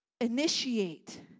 initiate